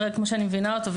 כמו שאני מבינה אותו,